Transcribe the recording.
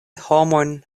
homojn